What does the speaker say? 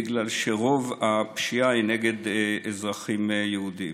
בגלל שרוב הפשיעה היא נגד אזרחים יהודים.